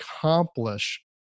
accomplish